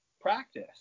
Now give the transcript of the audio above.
practice